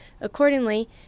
Accordingly